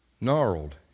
gnarled